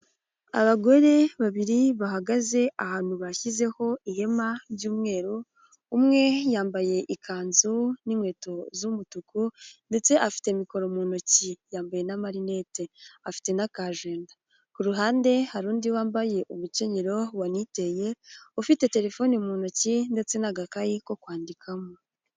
Abagore babiri bahagaze ahantu bashyizeho ihema ry'umweru, umwe yambaye ikanzu n'inkweto z'umutuku ndetse afite mikoro mu ntoki yambaye n'amarinete afite n'akajenda. Ku ruhande hari undi wambaye umukenyero waniteye, ufite telefoni mu ntoki ndetse n'agakayi ko kwandikamo.